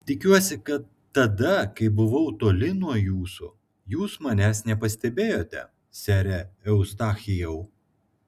tikiuosi kad tada kai buvau toli nuo jūsų jūs manęs nepastebėjote sere eustachijau